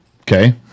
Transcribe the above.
Okay